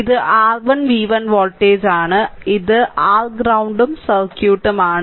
ഇത് r v1 വോൾട്ടേജാണ് ഇത് r ഗ്രൌണ്ട് സർക്യൂട്ട് ആണ്